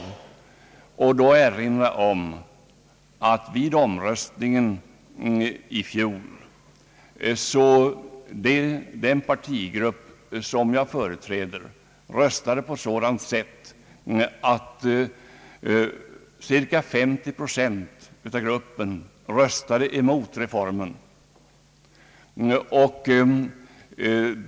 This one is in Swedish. Jag vill då erinra om att vid omröstningen i fjol röstade cirka 50 procent av den partigrupp som jag företräder på sådant sätt att man röstade emot reformen.